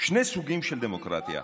שני סוגים של דמוקרטיות.